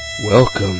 Welcome